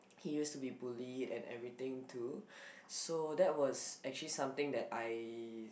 he used to be bullied and everything too so that was actually something that I